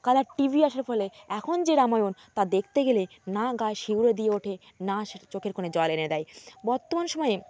colour TV আসার ফলে এখন যে রামায়ণ তা দেখতে গেলে না গায়ে শিউরে দিয়ে ওঠে না সেটা চোখের কোণে জল এনে দেয় বর্তমান সময়ে